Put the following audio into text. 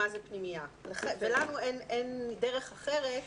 מה זה פנימייה ולנו אין דרך אחרת לתקן,